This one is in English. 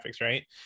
right